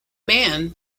man